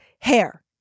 hair